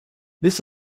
this